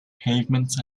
pavements